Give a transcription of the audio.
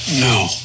No